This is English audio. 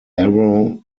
arrow